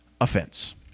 offense